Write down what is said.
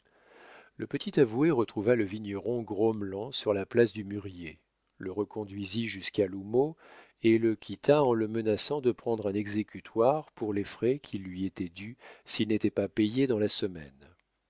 le petit avoué retrouva le vigneron grommelant sur la place du mûrier le reconduisit jusqu'à l'houmeau et le quitta en le menaçant de prendre un exécutoire pour les frais qui lui étaient dus s'il n'était pas payé dans la semaine